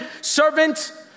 servant